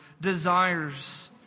desires